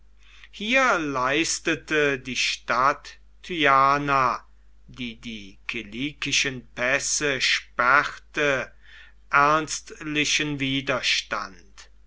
hier leistete die stadt tyana die die kilikischen pässe sperrte ernstlichen widerstand